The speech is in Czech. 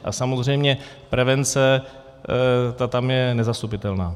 A samozřejmě prevence tam je nezastupitelná.